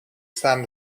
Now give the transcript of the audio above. staan